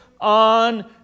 on